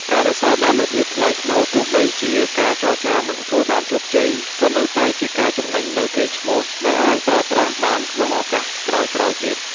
ការរក្សាបាននូវភាពថ្លៃថ្នូរ ទោះបីជាការចរចាមិនទទួលបានជោគជ័យ ក៏នៅតែជាការចំណេញនូវ "កេរ្តិ៍ឈ្មោះ" ដែលអាចប្រើប្រាស់បានក្នុងឱកាសក្រោយៗទៀត។